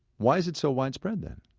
why's it so widespread then?